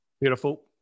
Beautiful